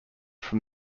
from